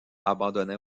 abandonna